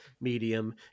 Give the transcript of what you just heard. Medium